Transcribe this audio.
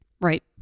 Right